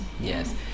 Yes